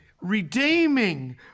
Redeeming